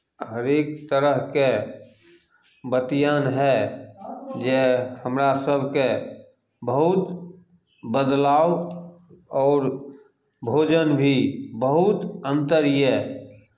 हरेक तरहके बतियान हए जे हमरा सभके बहुत बदलाव आओर भोजन भी बहुत अन्तर यए